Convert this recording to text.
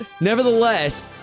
Nevertheless